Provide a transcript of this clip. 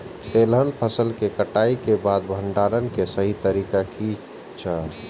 तेलहन फसल के कटाई के बाद भंडारण के सही तरीका की छल?